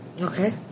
Okay